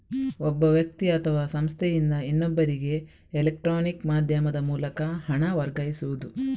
ಒಬ್ಬ ವ್ಯಕ್ತಿ ಅಥವಾ ಸಂಸ್ಥೆಯಿಂದ ಇನ್ನೊಬ್ಬರಿಗೆ ಎಲೆಕ್ಟ್ರಾನಿಕ್ ಮಾಧ್ಯಮದ ಮೂಲಕ ಹಣ ವರ್ಗಾಯಿಸುದು